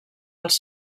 als